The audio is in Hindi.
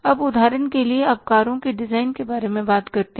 अब उदाहरण के लिए आप कारों के डिजाइन के बारे में बात करते हैं